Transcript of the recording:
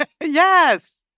Yes